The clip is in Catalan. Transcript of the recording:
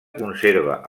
conserva